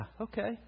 okay